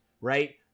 right